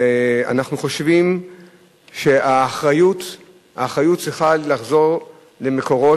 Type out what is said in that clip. שאנחנו חושבים שהאחריות צריכה לחזור ל"מקורות".